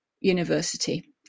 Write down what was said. university